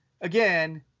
again